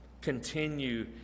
Continue